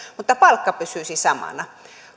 mutta palkka pysyisi samana